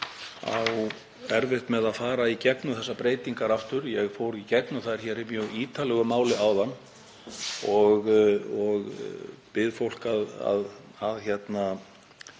á erfitt með að fara í gegnum þessar breytingar aftur. Ég fór í gegnum þær í mjög ítarlegu máli áðan og bið fólk að virða